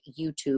YouTube